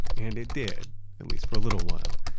and it did at least for a little while.